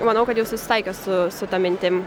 manau kad jau susitaikė su su ta mintim